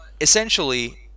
essentially